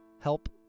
help